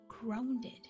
grounded